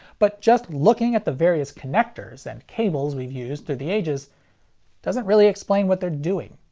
but just looking at the various connectors and cables we've used through the ages doesn't really explain what they're doing.